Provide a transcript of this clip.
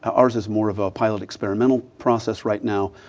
ours is more of a pilot experimental process right now.